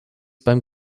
beim